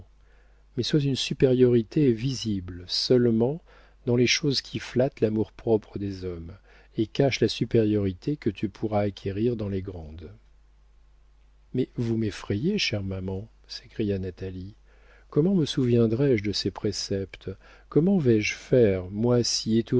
mais sois une supériorité visible seulement dans les choses qui flattent l'amour-propre des hommes et cache la supériorité que tu pourras acquérir dans les grandes mais vous m'effrayez chère maman s'écria natalie comment me souviendrai je de ces préceptes comment vais-je faire moi